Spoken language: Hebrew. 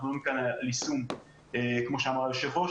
אנחנו מדברים כאן על יישום כמו שאמר היושב ראש,